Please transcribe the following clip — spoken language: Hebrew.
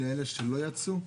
לאלה שלא יצאו?